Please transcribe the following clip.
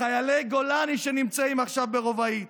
לחיילי גולני שנמצאים עכשיו ברובאי,